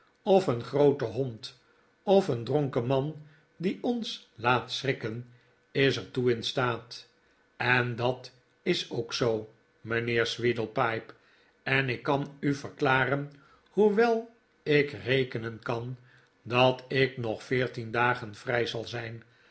of een groote hond of een dronken man die ons laat schrikken is er toe in staat en dat is ook zoo mijnheer sweedlepipe en ik kan u verklaren hoewel ik rekenen kan dat ik nog veertien dagen vrij zal zijn